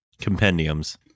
compendiums